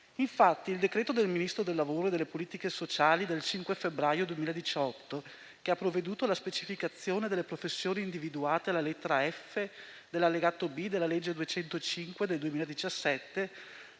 Infatti il decreto del Ministro del lavoro e delle politiche sociali del 5 febbraio 2018, che ha provveduto alla specificazione delle professioni individuate alla lettera *f),* dell'allegato B, della legge n. 205 del 2017,